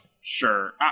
Sure